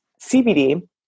CBD